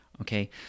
okay